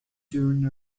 during